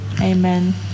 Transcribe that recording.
amen